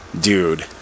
Dude